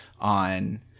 on